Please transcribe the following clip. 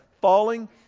falling